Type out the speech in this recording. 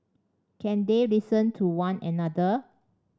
can they listen to one another